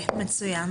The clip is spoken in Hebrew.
מצוין.